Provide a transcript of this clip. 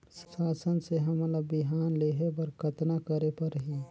शासन से हमन ला बिहान लेहे बर कतना करे परही?